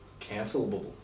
cancelable